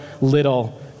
little